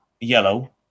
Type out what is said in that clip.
yellow